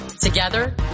Together